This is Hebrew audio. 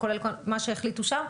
וכולל מה שהחליטו שם?